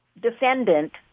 defendant